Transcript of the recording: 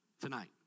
tonight